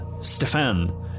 Stefan